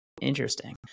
interesting